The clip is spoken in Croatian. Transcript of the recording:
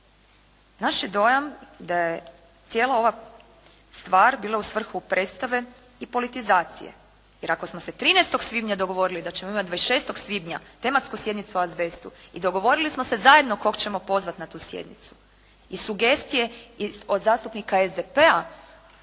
Naš je dojam da je cijela ova stvar bila u svrhu predstave i politizacije, jer ako smo se 13. svibnja dogovorili da ćemo imati 26. svibnja tematsku sjednicu o azbestu i dogovorili smo se zajedno kog ćemo pozvati na tu sjednicu i sugestije od zastupnika SDP-a